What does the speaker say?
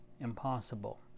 impossible